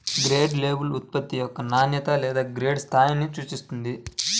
grade label ఉత్పత్తి యొక్క నాణ్యత లేదా గ్రేడ్ స్థాయిని సూచిస్తుంది